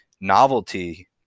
novelty